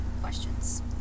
questions